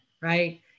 right